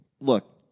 look